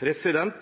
til.